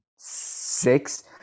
six